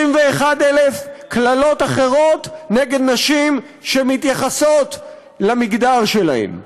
21,000 קללות אחרות נגד נשים שמתייחסות למגדר שלהן.